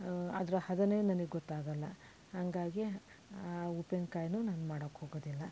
ಅದರ ಹದನೇ ನನಗೆ ಗೊತ್ತಾಗಲ್ಲ ಹಾಗಾಗಿ ಆ ಉಪ್ಪಿನ ಕಾಯನ್ನು ನಾನು ಮಾಡೋಕ್ಕೆ ಹೋಗೋದಿಲ್ಲ